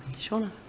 seana.